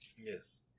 Yes